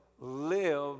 live